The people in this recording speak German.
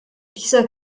dieser